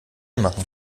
machen